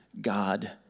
God